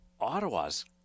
Ottawa's